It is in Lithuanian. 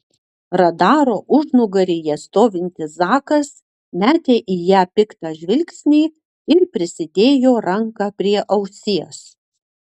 radaro užnugaryje stovintis zakas metė į ją piktą žvilgsnį ir prisidėjo ranką prie ausies